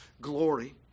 glory